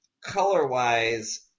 color-wise